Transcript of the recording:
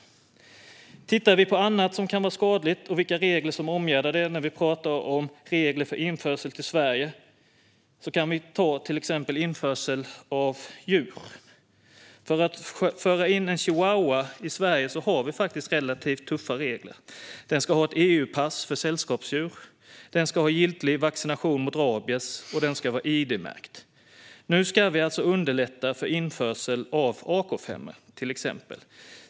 När vi talar om regler för införsel till Sverige kan vi titta på annat som kan vara skadligt och vilka regler som omgärdar det, till exempel införsel av djur. Då kan vi se att Sverige har relativt tuffa regler för att föra in till exempel en chihuahua i Sverige. Den ska ha ett EU-pass för sällskapsdjur, den ska ha giltig vaccination mot rabies och den ska vara id-märkt. Nu ska vi alltså underlätta för införsel av till exempel AK 5:or.